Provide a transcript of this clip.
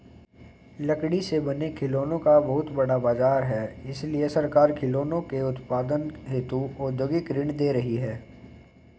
लकड़ी से बने खिलौनों का बहुत बड़ा बाजार है इसलिए सरकार खिलौनों के उत्पादन हेतु औद्योगिक ऋण दे रही है